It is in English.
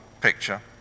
picture